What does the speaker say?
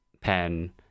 pen